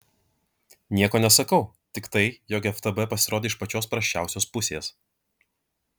nieko nesakau tik tai jog ftb pasirodė iš pačios prasčiausios pusės